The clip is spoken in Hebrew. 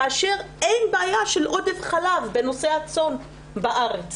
כאשר אין בעיה של עודף חלב בנושא הצאן בארץ.